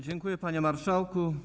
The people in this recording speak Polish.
Dziękuję, panie marszałku.